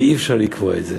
ואי-אפשר לקבוע את זה.